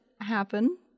happen